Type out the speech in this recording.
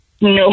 no